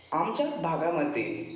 आमच्या भागामध्ये